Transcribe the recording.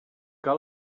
que